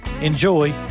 enjoy